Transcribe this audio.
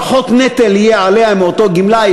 פחות נטל יהיה עליה מאותו גמלאי,